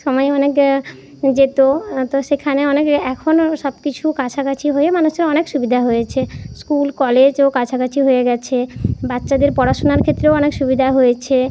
সময়ও অনেক যেতো তো সেখানে অনেক এখনো সব কিছু কাছাকাছি হয়ে মানুষের অনেক সুবিধা হয়েছে স্কুল কলেজও কাছাকাছি হয়ে গেছে বাচ্চাদের পড়াশুনার ক্ষেত্রেও অনেক সুবিধা হয়েছে